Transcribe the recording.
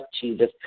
Jesus